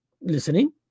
listening